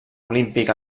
olímpic